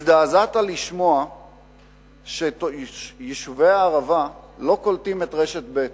הזדעזעת לשמוע שביישובי הערבה לא קולטים את רשת ב'.